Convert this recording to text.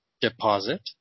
deposit